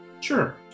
Sure